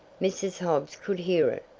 mrs. hobbs could hear it!